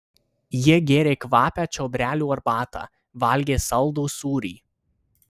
jie gėrė kvapią čiobrelių arbatą valgė saldų sūrį